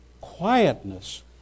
quietness